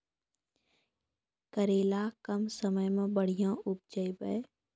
करेला कम समय मे बढ़िया उपजाई बा?